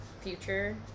future